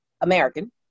American